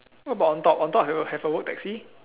what about on top on top have a have the word taxi